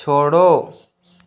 छोड़ो